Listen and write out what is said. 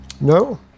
no